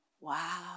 wow